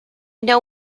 know